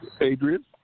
Adrian